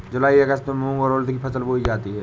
जूलाई अगस्त में मूंग और उर्द की फसल बोई जाती है